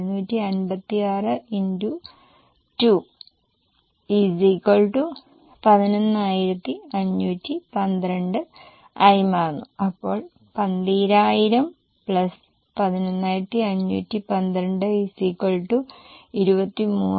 5756 x 2 11512 മാറുന്നു അപ്പോൾ 12000 11512 23512